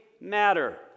matter